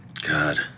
God